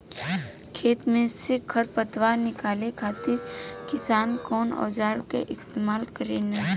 खेत में से खर पतवार निकाले खातिर किसान कउना औजार क इस्तेमाल करे न?